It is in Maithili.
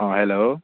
हँ हेलो